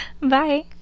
Bye